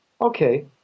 okay